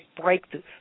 breakthrough